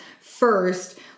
first